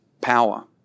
power